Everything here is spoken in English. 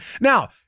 Now